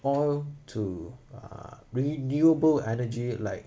oil to uh renewable energy like